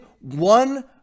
one